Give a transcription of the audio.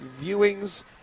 viewings